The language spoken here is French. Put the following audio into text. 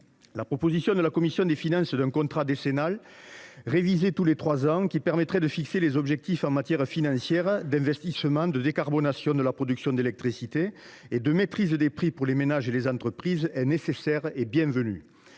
et l’État. Notre commission des finances propose un contrat décennal, révisé tous les trois ans, permettant de fixer les objectifs en matière financière, d’investissements, de décarbonation de la production d’électricité et de maîtrise des prix pour les ménages et les entreprises ; une telle mesure